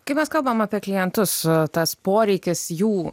kai mes kalbame apie klientus tas poreikis jų